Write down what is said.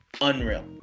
unreal